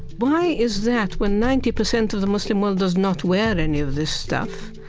why is that, when ninety percent of the muslim world does not wear any of this stuff?